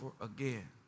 again